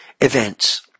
events